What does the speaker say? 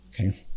Okay